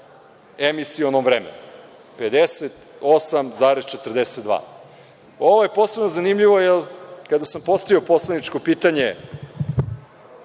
emisionom vremenu, 58,42%.Ovo je posebno zanimljivo, jer kada sam postavio poslaničko pitanje